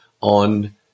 on